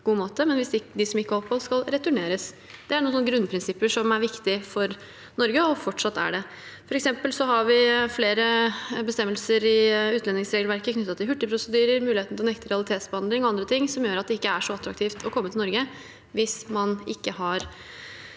men de som ikke får opphold, skal returneres. Det er noen grunnprinsipper som er viktige for Norge – og fortsatt skal være det. For eksempel har vi flere bestemmelser i utlendingsregelverket knyttet til hurtigprosedyrer, muligheten til å nekte realitetsbehandling og andre ting, som gjør at det ikke er så attraktivt å komme til Norge hvis man ikke har